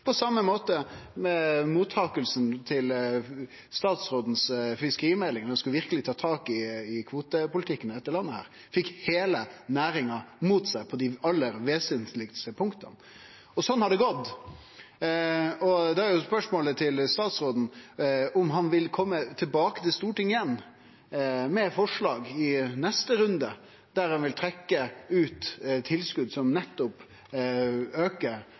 på same måte som med mottakinga av fiskerimeldinga frå statsråden. Ein skulle verkeleg ta tak i kvotepolitikken i dette landet og fekk heile næringa mot seg på dei aller vesentlegaste punkta. Og sånn har det gått. Da er spørsmålet til statsråden om han vil kome tilbake til Stortinget med forslag i neste runde der han vil trekkje ut tilskot som nettopp aukar